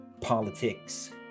politics